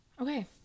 okay